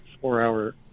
four-hour